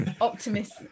Optimist